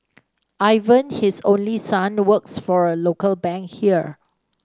Ivan his only son works for a local bank here